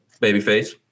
Babyface